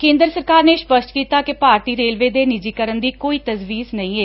ਕੇਂਦਰ ਸਰਕਾਰ ਨੇ ਸਪਸ਼ਟ ਕੀਤਾ ਕਿ ਭਾਰਤੀ ਰੇਲਵੇ ਦੇ ਨਿਜੀਕਰਨ ਦੀ ਕੋਈ ਤਜ਼ਵੀਜ ਨਹੀਂ ਏ